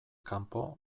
kanpo